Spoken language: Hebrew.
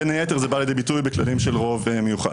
בין היתר, זה בא לידי ביטוי בכללים של רוב מיוחד.